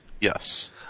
yes